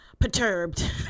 perturbed